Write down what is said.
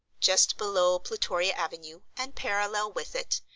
just below plutoria avenue, and parallel with it,